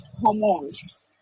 hormones